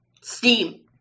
steam